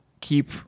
keep